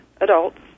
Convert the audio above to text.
adults